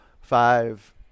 five